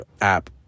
app